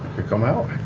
come out,